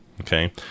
okay